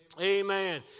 Amen